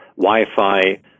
Wi-Fi